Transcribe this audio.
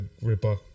ripper